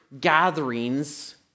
gatherings